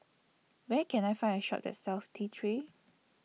Where Can I Find A Shop that sells T three